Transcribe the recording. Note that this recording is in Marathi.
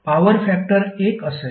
तर पॉवर फॅक्टर 1 असेल